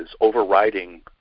overriding